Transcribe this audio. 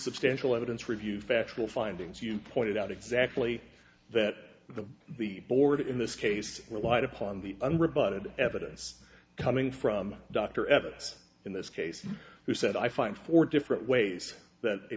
substantial evidence reviewed factual findings you pointed out exactly that the the board in this case relied upon the unrebutted evidence coming from dr evidence in this case who said i find four different ways that a